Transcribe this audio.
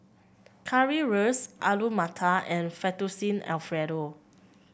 Currywurst Alu Matar and Fettuccine Alfredo